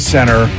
Center